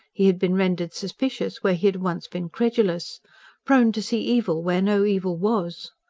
he had been rendered suspicious where he had once been credulous prone to see evil where no evil was.